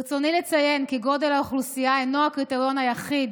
ברצוני לציין כי גודל האוכלוסייה אינו הקריטריון היחיד